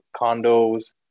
condos